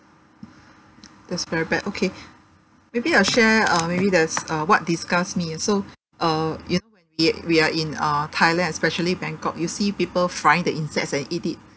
that's very bad okay maybe I'll share uh maybe that's uh what disgusts me ah so uh you know when we we are in uh thailand especially bangkok you see people frying the insects and eat it